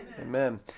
Amen